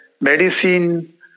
medicine